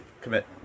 Commit